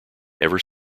ever